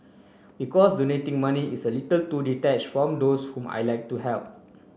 because donating money is a little too detached from those whom I'd like to help